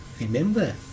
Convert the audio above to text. remember